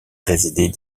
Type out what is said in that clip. résider